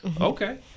Okay